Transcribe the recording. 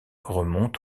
remontent